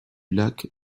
lac